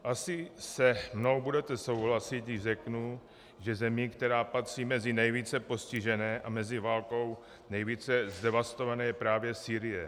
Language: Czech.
Asi se mnou budete souhlasit, když řeknu, že zemí, která patří mezi nejvíce postižené a mezi válkou nejvíce zdevastované, je právě Sýrie.